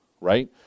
right